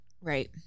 Right